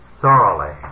Thoroughly